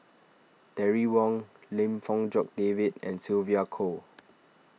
Terry Wong Lim Fong Jock David and Sylvia Kho